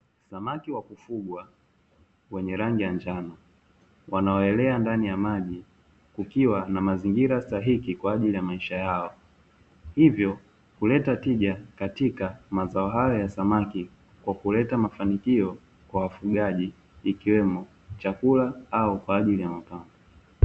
Samaki wa kufugwa wenye rangi ya njano, wanaoelea ndani ya maji kukiwa na mazingira stahiki kwa ajili ya maisha yao, hivyo huleta tija katika mazao hayo ya samaki kwa kuleta mafanikio kwa wafugaji, ikiwemo chakula au kwa ajili ya mapambo.